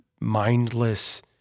mindless